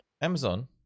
Amazon